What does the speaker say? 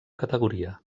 categoria